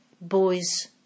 boys